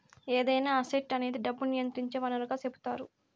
ఏదైనా అసెట్ అనేది డబ్బును నియంత్రించే వనరుగా సెపుతారు